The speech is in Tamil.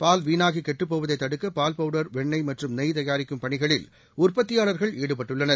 பால் வீணாகிகெட்டுப் போவதைத் தடுக்கபால்பவுடர் வெண்ணெய் மற்றும் தயாரிக்கும் பணிகளில் உற்பத்தியாளர்கள் ஈடுபட்டுள்ளனர்